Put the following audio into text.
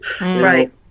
Right